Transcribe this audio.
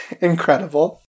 Incredible